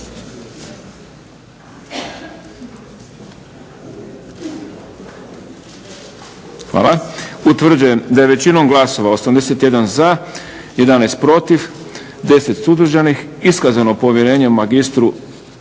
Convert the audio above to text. Hvala. Utvrđujem da je većinom glasova 81 za, 11 protiv, 10 suzdržanih iskazano povjerenje magistru